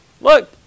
Look